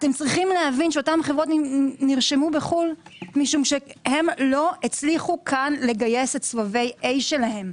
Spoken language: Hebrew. אותן חברות נרשמו בחו"ל כי הם לא הצליחו כאן לגייס את סבבי A שלהם.